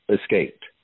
escaped